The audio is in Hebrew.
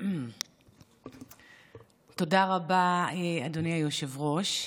תודה רבה, אדוני היושב-ראש.